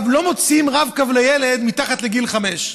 לא מוציאים רב-קו לילד מתחת לגיל חמש.